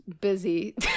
busy